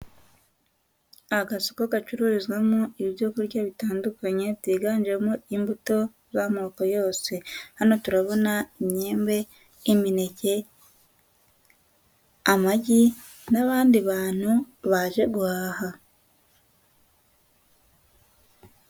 Agasoko gacururizwamo ibyo kurya bitandukanye, byiganjemo imbuto z'amoko yose. Hano turabona imyembe, imineke, amagi, n'abandi bantu baje guhaha.